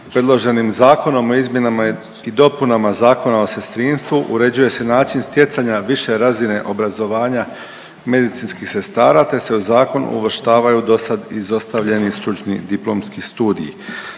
predloženim Zakonom o izmjenama i dopunama Zakona o sestrinstvu uređuje se način stjecanja više razine obrazovanja medicinskih sredstava, te se u zakon uvrštavaju dosad izostavljeni stručni diplomski studiji.